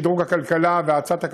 שדרוג הכלכלה והאצת הכלכלה.